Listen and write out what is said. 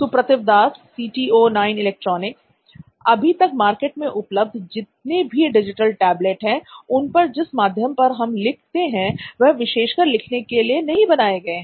सुप्रतिव Das C T O नॉइन electronics अभी तक मार्केट में उपलब्ध जितने भी डिजिटल टेबलेट है उनपर जिस माध्यम पर हम लिखते हैं वह विशेषकर लिखने के लिए नहीं बनाएं गए हैं